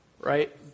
Right